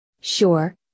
sure